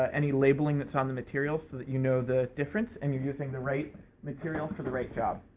any labeling that's on the material so that you know the difference, and you're using the right material for the right job.